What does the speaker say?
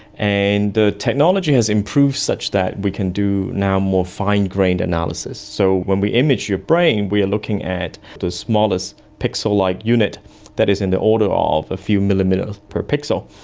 and technology has improved such that we can do now more fine-grained analysis. so when we image your brain we are looking at the smallest pixel-like unit that is in the order ah of a few millimetres per pixel.